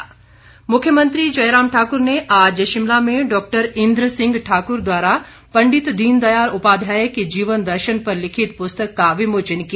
पुस्तक मुख्यमंत्री मुख्यमंत्री जयराम ठाक्र ने आज शिमला में डॉक्टर इंद्र सिंह ठाक्र द्वारा पंडित दीन दयाल उपाध्याय के जीवन दर्शन पर लिखित पुस्तक का विमोचन किया